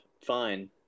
fine